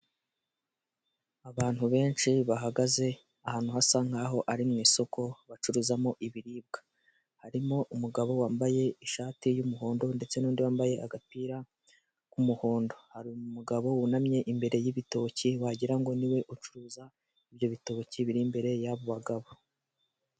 Abantu benshi bahagaze ahantu hasa nkaho ari mu isoko bacuruzamo ibiribwa, harimo umugabo wambaye ishati y'umuhondo ndetse n'undi wambaye agapira k'umuhondo hari umugabo wunamye imbere y'ibitoki wagirango niwe ucuruza ibyo bitoki biri imbere y'abo bagabo.